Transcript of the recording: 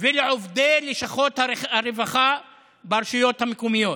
ועובדי לשכות הרווחה ברשויות המקומיות.